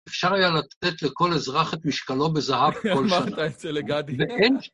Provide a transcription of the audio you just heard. אפשר היה לתת לכל אזרח את משקלו בזהב כל שנה. אמרת את זה לגדי.